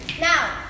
Now